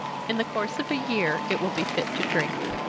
in the course of a year it will be fit to drink.